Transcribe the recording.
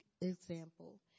example